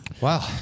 Wow